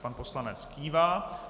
Pan poslanec kývá.